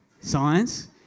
Science